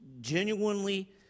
genuinely